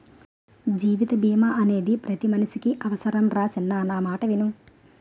జీవిత బీమా అనేది పతి మనిసికి అవుసరంరా సిన్నా నా మాటిను